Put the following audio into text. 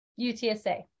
UTSA